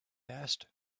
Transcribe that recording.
asked